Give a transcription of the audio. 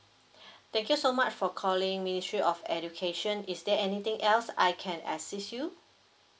thank you so much for calling ministry of education is there anything else I can assist you